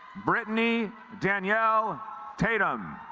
britney danielle tatum